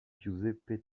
giuseppe